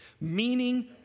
meaning